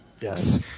Yes